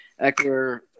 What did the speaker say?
Eckler